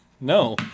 No